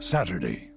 Saturday